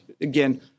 again